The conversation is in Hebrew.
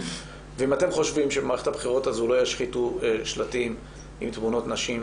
ואם אתם חושבים שבמערכת הבחירות הזו לא ישחיתו שלטים עם תמונות נשים,